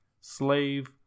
slave